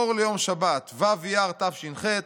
אור ליום שבת ו' אייר תש"ח,